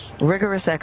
rigorous